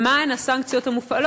3. מה הן הסנקציות המופעלות?